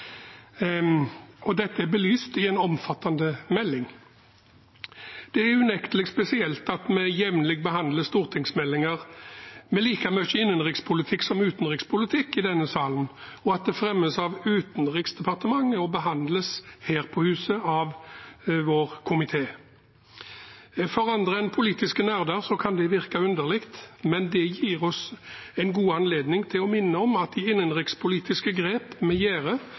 og dette er belyst i en omfattende melding. Det er unektelig spesielt at vi jevnlig behandler stortingsmeldinger med like mye innenrikspolitikk som utenrikspolitikk i denne salen, og at det fremmes av Utenriksdepartementet og behandles her på huset av vår komité. For andre enn politiske nerder kan det virke underlig, men det gir oss en god anledning til å minne om at de innenrikspolitiske grep